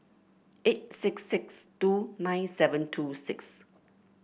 eight six six two nine seven two six